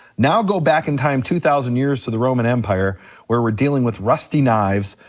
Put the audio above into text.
now, go back in time two thousand years to the roman empire where we're dealing with rusty knives,